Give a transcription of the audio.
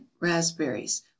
raspberries